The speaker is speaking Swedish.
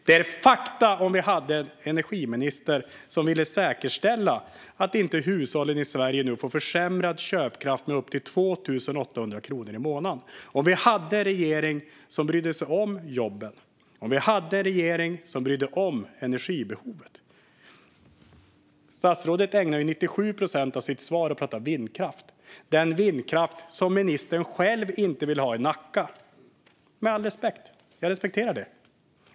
Det är fakta om vi hade en energiminister som ville säkerställa att inte hushållen i Sverige nu får försämrad köpkraft med upp till 2 800 kronor i månaden. Om vi hade en regering som brydde sig om jobben. Om vi hade en regering som brydde sig om energibehovet. Statsrådet ägnar 97 procent av sitt svar åt att prata vindkraft - den vindkraft som ministern själv inte vill ha i Nacka. Jag respekterar det.